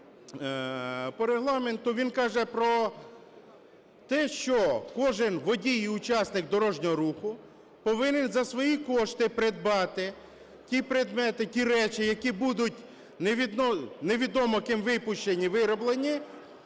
по Регламенту, - він каже про те, що кожен водій і учасник дорожнього руху повинен за свої кошти придбати ті предмети, ті речі, які будуть невідомо ким випущені, вироблені